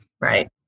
Right